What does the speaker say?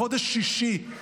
חודש שישי,